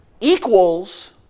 equals